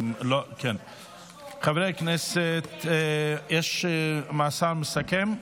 חברי הכנסת, יש שר מסכם?